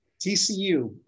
TCU